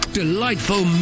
delightful